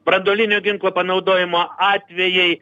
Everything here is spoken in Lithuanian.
branduolinio ginklo panaudojimo atvejai